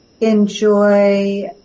enjoy